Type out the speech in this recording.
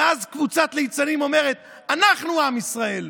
ואז קבוצת ליצנים אומרת: אנחנו עם ישראל,